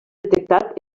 detectat